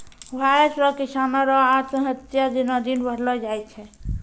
भारत रो किसानो रो आत्महत्या दिनो दिन बढ़लो जाय छै